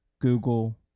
Google